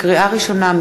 לקריאה ראשונה,